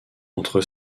entre